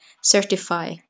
certify